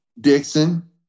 Dixon